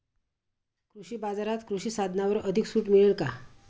कृषी बाजारात कृषी साधनांवर अधिक सूट मिळेल का?